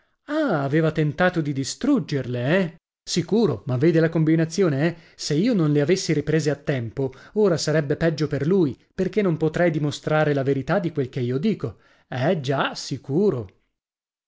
aveva tentato di distruggerle eh sicuro ma vede la combinazione eh se io non le avessi riprese a tempo ora sarebbe peggio per lui perché non potrei dimostrare la verità di quel che io dico eh già sicuro